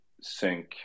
sync